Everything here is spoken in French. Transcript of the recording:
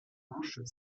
branche